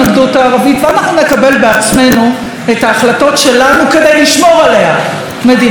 ואנחנו נקבל בעצמנו את ההחלטות שלנו כדי לשמור עליה מדינה יהודית.